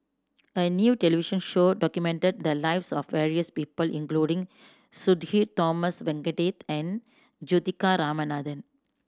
a new television show documented the lives of various people including Sudhir Thomas Vadaketh and Juthika Ramanathan